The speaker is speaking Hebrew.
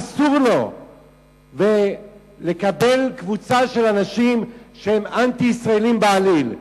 אסור לו לקבל קבוצה של אנשים שהם אנטי-ישראלים בעליל.